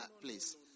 please